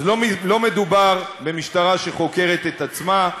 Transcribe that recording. אז לא מדובר במשטרה שחוקרת את עצמה,